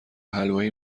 حلوایی